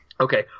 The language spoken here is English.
Okay